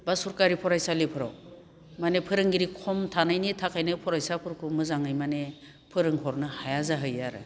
बा सरखारि फरायसालिफोराव माने फोरोंगिरि खम थानायनि थाखायनो फरायसाफोरखौ मोजाङै माने फोरोंहरनो हाया जाहैयो आरो